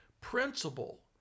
principle